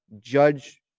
judge